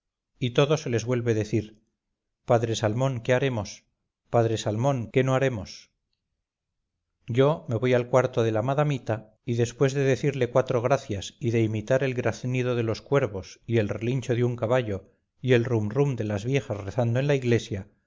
y todo se les vuelve decir padre salmón qué haremos padre salmón qué no haremos yo me voy al cuarto de la madamita y después de decirle cuatro gracias y de imitar el graznido de los cuervos y el relincho de un caballo y el rum rum de las viejas rezando en la iglesia